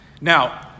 Now